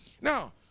Now